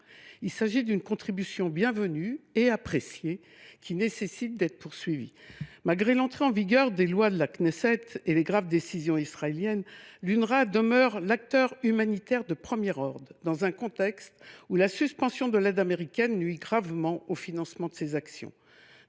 Il s’agit d’une contribution bienvenue et appréciée qui mérite d’être poursuivie. Malgré l’entrée en vigueur des lois votées par la Knesset et les graves décisions israéliennes, l’UNRWA demeure un acteur humanitaire de premier ordre dans un contexte où la suspension de l’aide américaine nuit gravement au financement de ses actions.